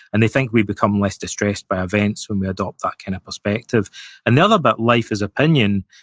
and they think we become less distressed by events when we adopt that kind of perspective another, but life is opinion,